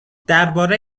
درباره